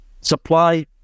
supply